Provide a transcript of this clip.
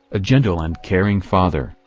a gentle and caring father,